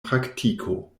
praktiko